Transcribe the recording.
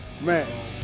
Man